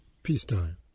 peacetime